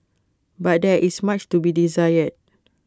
but there is much to be desired